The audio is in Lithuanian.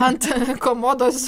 ant komodos